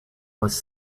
was